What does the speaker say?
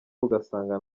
ugasanga